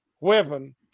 weapon